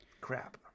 Crap